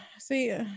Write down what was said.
see